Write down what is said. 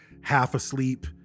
half-asleep